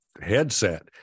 headset